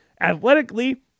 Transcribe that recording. Athletically